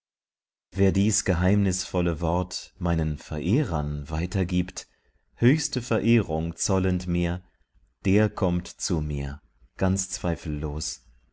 wer dies geheimnisvolle wort meinen verehrern weitergibt höchste verehrung zollend mir der kommt zu mir ganz zweifellos